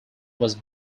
was